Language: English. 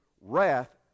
wrath